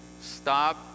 stop